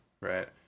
right